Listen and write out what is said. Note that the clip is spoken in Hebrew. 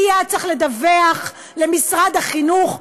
מייד צריך לדווח למשרד החינוך,